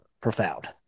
profound